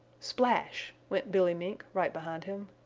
splash! went billy mink right behind him.